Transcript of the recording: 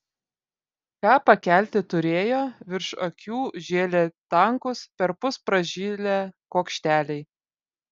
ką pakelti turėjo virš akių žėlė tankūs perpus pražilę kuokšteliai